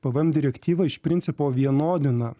pvm direktyva iš principo vienodina